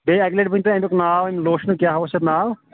بیٚیہِ اَکہِ لَٹہِ ؤنۍتو اَمیُک ناو امہِ لوشنُک کیاہ اوس یَتھ ناو